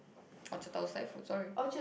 Orchard-Tower Thai's food sorry